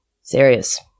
Serious